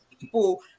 people